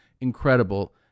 incredible